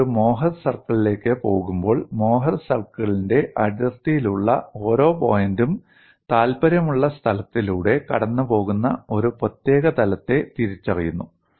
നിങ്ങൾ ഒരു മോഹർ സർക്കിളിലേക്ക് പോകുമ്പോൾ മോഹർ സർക്കിളിന്റെ അതിർത്തിയിലുള്ള ഓരോ പോയിന്റും താൽപ്പര്യമുള്ള സ്ഥലത്തിലൂടെ കടന്നുപോകുന്ന ഒരു പ്രത്യേക തലത്തെ തിരിച്ചറിയുന്നു